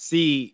See